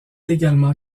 également